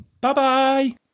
Bye-bye